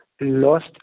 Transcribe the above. Lost